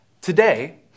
Today